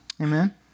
Amen